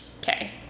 Okay